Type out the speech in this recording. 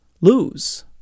lose